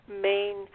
main